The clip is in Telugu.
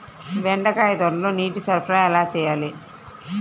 బెండకాయ తోటలో నీటి సరఫరా ఎలా చేయాలి?